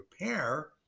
repair